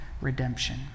redemption